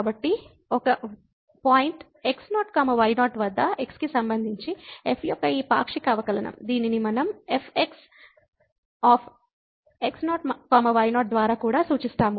కాబట్టి ఒక point x0 y0 వద్ద x కి సంబంధించి f యొక్క ఈ పాక్షిక అవకలనం దీనిని మనం fxx0 y0 ద్వారా కూడా సూచిస్తాము